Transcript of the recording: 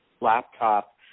laptop